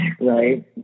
Right